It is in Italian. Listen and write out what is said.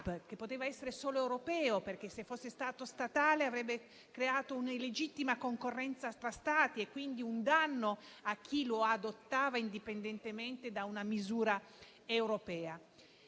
che poteva essere solo europeo perché, se fosse stato statale, avrebbe creato una illegittima concorrenza tra Stati e quindi un danno a chi lo adottava indipendentemente da una misura europea?